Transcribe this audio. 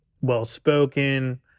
well-spoken